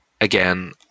again